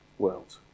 world